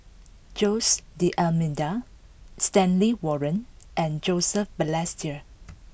Jose D'almeida Stanley Warren and Joseph Balestier